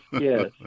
yes